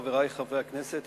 חברי חברי הכנסת,